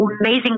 amazing